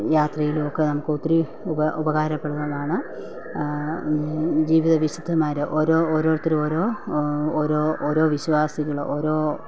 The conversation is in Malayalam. യാത്രയിലും ഒക്കെ നമുക്ക് ഒത്തിരി ഉപകാരപ്രദമാണ് ജീവിത വിശുദ്ധന്മാര് ഓരോ ഓരോരുത്തരും ഓരോ ഓരോ ഓരോ വിശ്വാസികള് ഓരോ